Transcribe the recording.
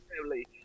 family